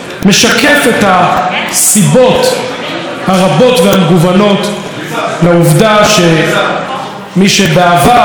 הוא משקף את הסיבות הרבות והמגוונות לעובדה שמי שבעבר,